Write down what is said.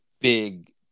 big